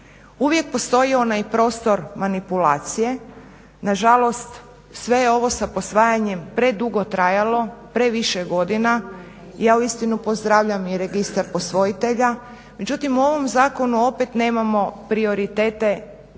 Uvijek postoji onaj prostor manipulacije, nažalost sve je ovo sa posvajanjem predugo trajalo, previše godina. I ja uistinu pozdravljam i registar posvojitelja. Međutim, u ovom zakonu opet nemamo prioritete koliko